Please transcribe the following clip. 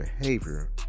behavior